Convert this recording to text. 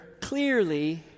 clearly